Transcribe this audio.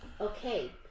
Okay